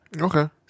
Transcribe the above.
Okay